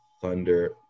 Thunder